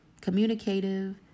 communicative